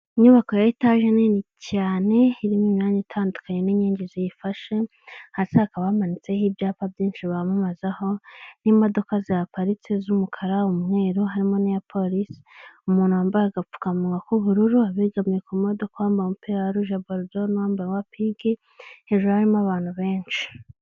Inyubako ya etage nini cyane irimo imyanya itandukanye n'inkingi ziyifashe, hadi hakaba hamanitseho ibyapa byinshi bamamazaho n'imodoka zahaparitse z'umukara, umweru harimo n'iya polisi, umuntu wambaye agapfukamuwa k'ubururu, abegamiye ku modoka wambaye umupira wa rujeborudo n'uwundi wa pinki, hejuru harimo abantu benshi.